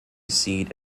seat